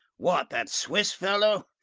what, that swiss fellow?